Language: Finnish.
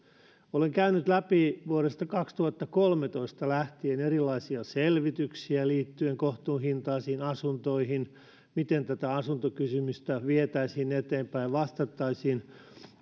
olen käynyt läpi vuodesta kaksituhattakolmetoista lähtien erilaisia selvityksiä liittyen kohtuuhintaisiin asuntoihin siihen miten tätä asuntokysymystä vietäisiin eteenpäin vastattaisiin